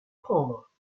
prendre